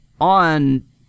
on